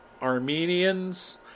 Armenians